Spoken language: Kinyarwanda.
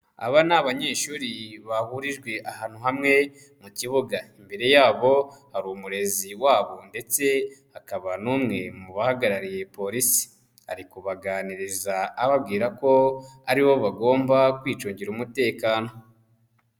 Aba ni abanyeshuri bahurijwe ahantu hamwe mu kibuga, imbere yabo hari umurezi wabo ndetse hakaba n'umwe mu bahagarariye polisi, ari kubaganiriza ababwira ko ari bo bagomba kwicungira umutekano.